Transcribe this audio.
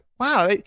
Wow